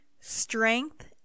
Strength